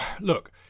look